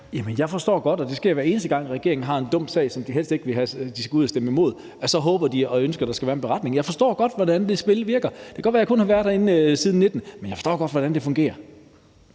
Jeg forstår det godt. Det sker, hver eneste gang regeringen har en dum sag, som de helst ikke vil have, og som de skal ud at stemme imod. Så håber og ønsker de, at der skal være en beretning. Jeg forstår godt, hvordan det spil virker. Det kan godt være, at jeg kun har været herinde siden 2019, men jeg forstår godt, hvordan det fungerer.